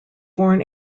born